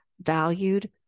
valued